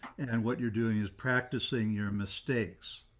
and what you're doing is practicing your mistakes.